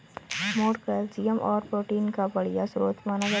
मोठ कैल्शियम और प्रोटीन का बढ़िया स्रोत माना जाता है